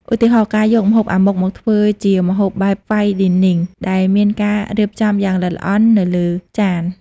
ឧទាហរណ៍ ការយកម្ហូប អាម៉ុក មកធ្វើជាម្ហូបបែប Fine Dining ដែលមានការរៀបចំយ៉ាងល្អិតល្អន់នៅលើចាន។